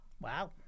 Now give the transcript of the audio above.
Wow